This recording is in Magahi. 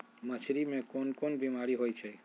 मछरी मे कोन कोन बीमारी होई छई